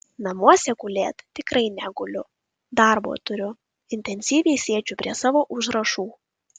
namuose gulėt tikrai neguliu darbo turiu intensyviai sėdžiu prie savo užrašų